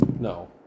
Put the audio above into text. No